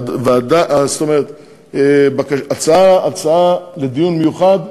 זאת אומרת, הצעה לדיון מיוחד,